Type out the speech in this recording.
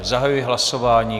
Zahajuji hlasování.